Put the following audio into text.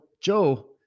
Joe